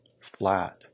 flat